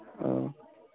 ആ